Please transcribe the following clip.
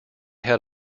had